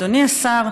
אדוני השר,